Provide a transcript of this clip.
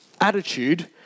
attitude